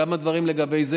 כמה דברים לגבי זה.